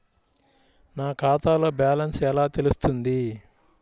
నా ఖాతాలో బ్యాలెన్స్ ఎలా తెలుస్తుంది?